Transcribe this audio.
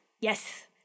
yes